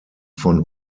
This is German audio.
von